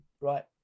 right